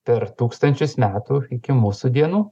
per tūkstančius metų iki mūsų dienų